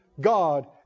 God